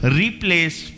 replace